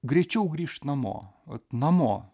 greičiau grįšt namo vat namo